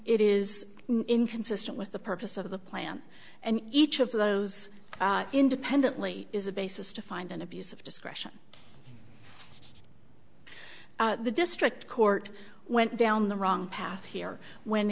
it is inconsistent with the purpose of the plan and each of those independently is a basis to find an abuse of discretion the district court went down the wrong path here when